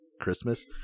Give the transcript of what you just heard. christmas